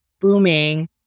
booming